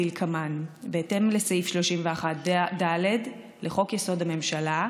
בהתאם לסעיף 31ד לחוק-יסוד: הממשלה,